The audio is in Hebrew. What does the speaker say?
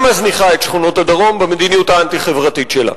מזניחה את שכונות הדרום במדיניות האנטי-חברתית שלה.